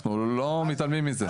אנחנו לא מתעלמים מזה.